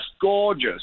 gorgeous